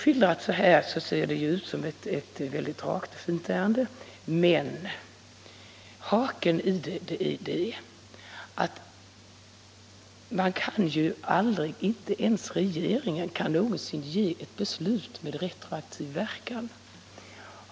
Skildrat på detta sätt ser det ut som ett mycket rakt och fint ärende, men haken i det är att man kan ju aldrig ge ett beslut med retroaktiv verkan, inte ens regeringen kan detta.